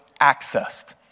accessed